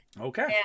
Okay